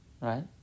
Right